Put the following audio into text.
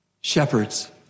shepherds